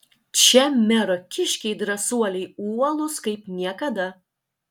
čia mero kiškiai drąsuoliai uolūs kaip niekada